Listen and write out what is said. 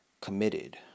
committed